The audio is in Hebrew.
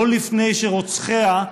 לא לפני שרוצחיה,